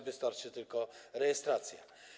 Wystarczy tylko rejestracja.